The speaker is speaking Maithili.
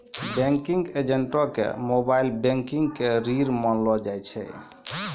बैंकिंग एजेंटो के मोबाइल बैंकिंग के रीढ़ मानलो जाय छै